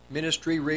Ministry